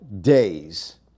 days